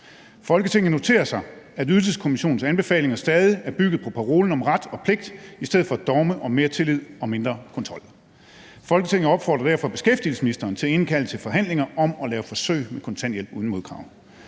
Folketinget noterer sig, at Ydelseskommissionens anbefalinger stadig er bygget på parolen om ret og pligt i stedet for et dogme om mere tillid og mindre kontrol. Folketinget opfordrer derfor beskæftigelsesministeren til at indkalde til forhandlinger om at lave forsøg med kontanthjælp uden modkrav.